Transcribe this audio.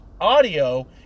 audio